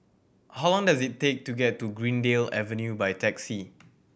how long does it take to get to Greendale Avenue by taxi